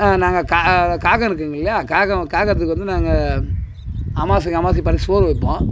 நாங்க கா காகம் இருக்குதுங்கல்லையா காகம் காகத்துக்கு வந்து நாங்கள் அமாவாசைக்கு அமாவாசைக்கு படைச்சு சோறு வைப்போம்